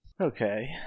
okay